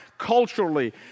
culturally